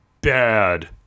bad